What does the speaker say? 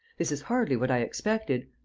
this is hardly what i expected.